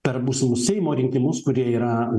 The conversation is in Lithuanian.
per būsimus seimo rinkimus kurie yra